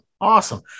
Awesome